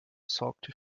sorgte